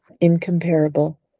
incomparable